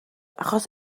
achos